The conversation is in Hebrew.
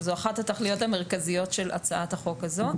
וזוהי אחת התכניות המרכזיות של הצעת החוק הזו.